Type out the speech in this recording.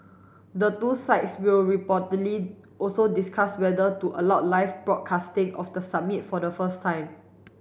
the two sides will reportedly also discuss whether to allow live broadcasting of the summit for the first time